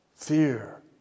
fear